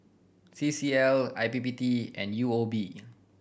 C C L I P P T and U O B